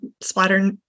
splatter